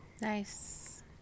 Nice